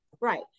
right